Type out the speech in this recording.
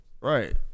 Right